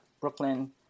Brooklyn